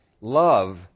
Love